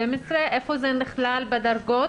איפה זה נכלל בדרגות?